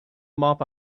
mop